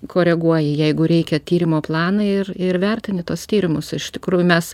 koreguoji jeigu reikia tyrimo planą ir ir vertini tuos tyrimus iš tikrųjų mes